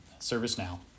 ServiceNow